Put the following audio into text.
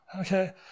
Okay